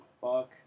Fuck